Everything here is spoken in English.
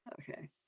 Okay